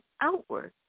outward